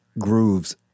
Grooves